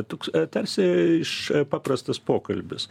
toks tarsi iš paprastas pokalbis